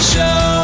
Show